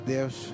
Deus